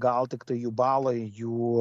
gal tiktai jų balai jų